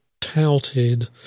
touted